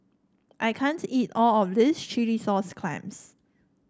I can't eat all of this Chilli Sauce Clams